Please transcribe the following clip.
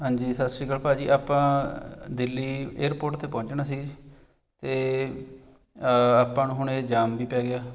ਹਾਂਜੀ ਸਤਿ ਸ਼੍ਰੀ ਅਕਾਲ ਭਾਅ ਜੀ ਆਪਾਂ ਦਿੱਲੀ ਏਅਰਪੋਰਟ 'ਤੇ ਪਹੁੰਚਣਾ ਸੀ ਅਤੇ ਆਪਾਂ ਨੂੰ ਹੁਣ ਇਹ ਜਾਮ ਵੀ ਪੈ ਗਿਆ